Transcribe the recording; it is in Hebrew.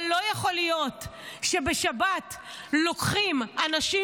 אבל לא יכול להיות שבשבת לוקחים אנשים